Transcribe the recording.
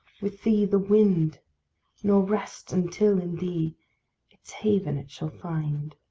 with thee the wind nor rest until in thee its haven it shall find.